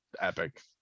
epic